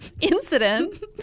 incident